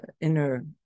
inner